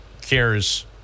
cares